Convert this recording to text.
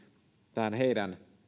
tähän heidän